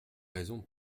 raisons